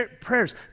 prayers